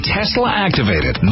Tesla-activated